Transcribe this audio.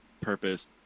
purpose